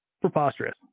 Preposterous